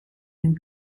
and